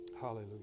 Hallelujah